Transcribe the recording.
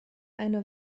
eine